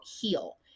heal